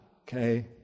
Okay